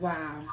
Wow